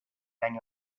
año